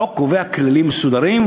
החוק קובע כללים מסודרים,